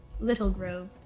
Littlegrove